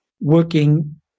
working